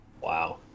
Wow